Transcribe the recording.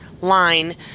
line